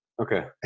Okay